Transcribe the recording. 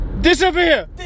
disappear